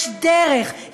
יש דרך,